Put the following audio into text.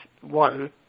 one